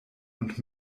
und